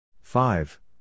Five